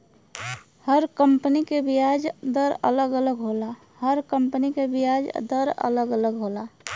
हर company के बियाज दर अलग अलग होला